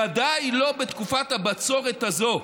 ודאי לא בתקופת הבצורת הזו.